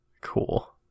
Cool